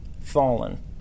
fallen